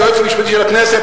היועץ המשפטי לכנסת,